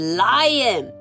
lion